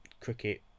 cricket